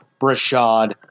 Brashad